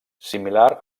similar